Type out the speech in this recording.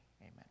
amen